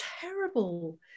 terrible